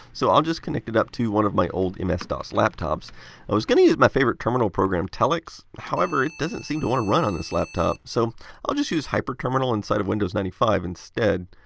so i'll just connect it up to one of my old ms-dos laptops. i was going to use my favorite terminal program, telix, however, it doesn't seem to want to run on this laptop. so i'll just use hyperterminal inside of windows ninety five instead.